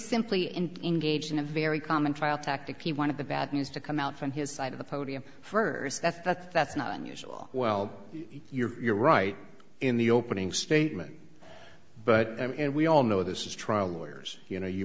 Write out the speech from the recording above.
simply in engaged in a very common trial tactic one of the bad news to come out from his side of the podium first that that that's not unusual well you're right in the opening statement but i mean and we all know this is trial lawyers you know you